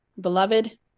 Beloved